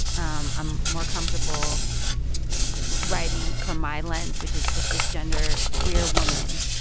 um i'm more comfortable writing from my lens, which is a cisgender queer woman,